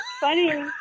funny